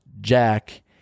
Jack